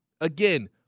Again